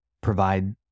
provide